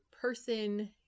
person